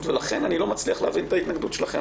ולכן אני לא מצליח להבין את ההתנגדות שלכן,